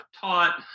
taught